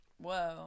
Whoa